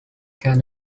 كان